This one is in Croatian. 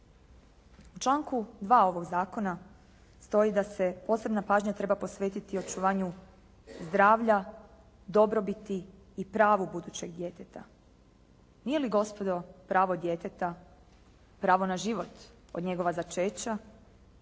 U članku 2. ovog zakona stoji da se posebna pažnja treba posvetiti očuvanju zdravlja, dobrobiti i pravu budućeg djeteta. Nije li gospodo pravo djeteta, pravo na život od njegova začeća